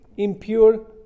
Impure